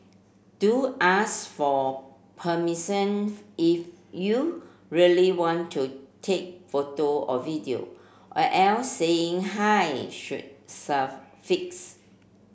do ask for if you really want to take photo or video or else saying hi should